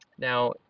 Now